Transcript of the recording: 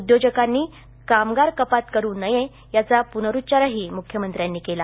उद्योजकांनी कामगार कपात करू नये याचा पुनरूच्चारही मुख्यमंत्र्यांनी केला